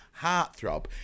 heartthrob